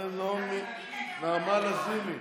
נעמה לזימי,